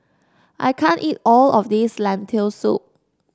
I can't eat all of this Lentil Soup